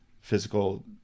physical